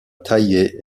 taillée